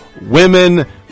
women